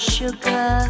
sugar